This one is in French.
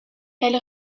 elle